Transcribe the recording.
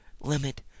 limit